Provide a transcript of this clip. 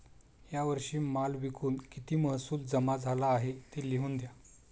या वर्षी माल विकून किती महसूल जमा झाला आहे, ते लिहून द्या